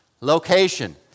location